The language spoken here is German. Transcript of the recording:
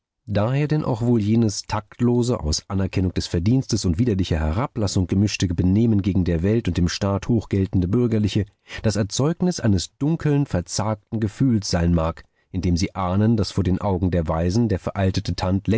daher denn auch wohl jenes taktlose aus anerkennung des verdienstes und widerlicher herablassung gemischte benehmen gegen der welt und dem staat hoch geltende bürgerliche das erzeugnis eines dunkeln verzagten gefühls sein mag in dem sie ahnen daß vor den augen der weisen der veraltete